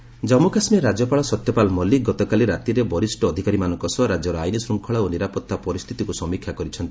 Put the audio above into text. କେକେ security Jammu Kashmir ରାଜ୍ୟପାଳ ସତ୍ୟପାଲ ମଲ୍ଲିକ ଗତକାଲି ରାତିରେ ବରିଷ ଅଧିକାରୀମାନଙ୍କ ସହ ରାଜ୍ୟର ଆଇନ୍ ଶୂଙ୍ଖଳା ଓ ନିରାପତ୍ତା ପରିସ୍ଥିତିକୁ ସମୀକ୍ଷା କରିଛନ୍ତି